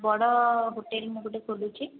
ବଡ଼ ହୋଟେଲ୍ ମୁଁ ଗୋଟେ ଖୋଲୁଛି